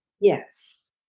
Yes